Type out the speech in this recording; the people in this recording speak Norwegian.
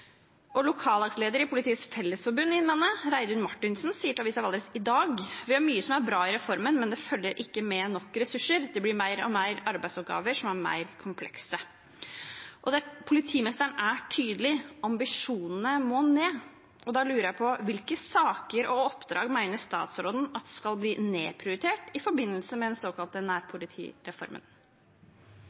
i Politiets Fellesforbund Innlandet, Reidun Martinsen, sier til Avisa Hadeland i dag: «Vi har mye som er bra i reformen, men det følger ikke med nok ressurser. Det blir mer og mer arbeidsoppgaver, som er mer komplekse.» Politimesteren er tydelig: Ambisjonene må ned. Da lurer jeg på: Hvilke saker og oppdrag mener statsråden skal bli nedprioritert i forbindelse med den såkalte nærpolitireformen?